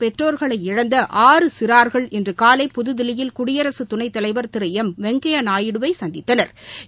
பெற்றோர்களை இழந்த ஆறு சிறார்கள் இன்றுகாலை புதுதில்லியில் குடியரசுதுணைத்தலைவர் திருளம் வெங்கையாநாயுடுவை சந்தித்தனா்